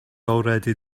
already